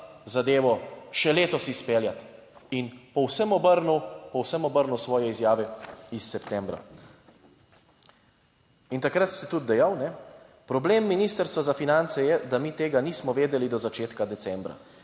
zadevo še letos izpeljati, in povsem obrnil, povsem obrnil svoje izjave iz septembra. In takrat ste tudi dejali, problem Ministrstva za finance je, da mi tega nismo vedeli do začetka decembra.